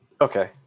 Okay